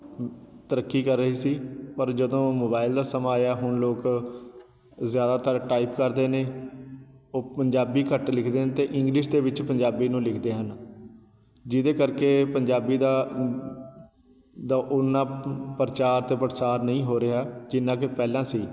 ਤਰੱਕੀ ਕਰ ਰਹੇ ਸੀ ਪਰ ਜਦੋਂ ਮੋਬਾਈਲ ਦਾ ਸਮਾਂ ਆਇਆ ਹੁਣ ਲੋਕ ਜ਼ਿਆਦਾਤਰ ਟਾਈਪ ਕਰਦੇ ਨੇ ਉਹ ਪੰਜਾਬੀ ਘੱਟ ਲਿਖਦੇ ਨੇ ਅਤੇ ਇੰਗਲਿਸ਼ ਦੇ ਵਿੱਚ ਪੰਜਾਬੀ ਨੂੰ ਲਿਖਦੇ ਹਨ ਜਿਹਦੇ ਕਰਕੇ ਪੰਜਾਬੀ ਦਾ ਦਾ ਉੱਨਾਂ ਪ੍ਰਚਾਰ ਅਤੇ ਪ੍ਰਸਾਰ ਨਹੀਂ ਹੋ ਰਿਹਾ ਜਿੰਨਾਂ ਕਿ ਪਹਿਲਾਂ ਸੀ